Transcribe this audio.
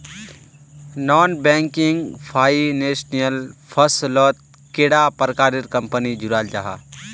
Non banking financial फसलोत कैडा प्रकारेर कंपनी जुराल जाहा?